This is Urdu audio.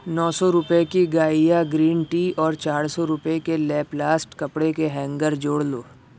نو سو روپئے کی گائیا گرین ٹی اور چار سو روپئے کے لیپلاسٹ کپڑے کے ہینگر جوڑ لو